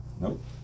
Nope